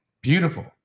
Beautiful